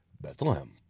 Bethlehem